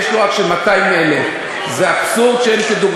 יש לו רק של 200,000. זה אבסורד שאין כדוגמתו.